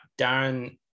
Darren